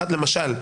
למשל,